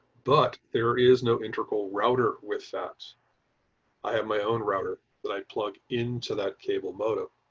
but there is no internal router with that i have my own router that i plug into that cable modem.